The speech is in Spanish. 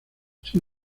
sin